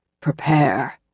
prepare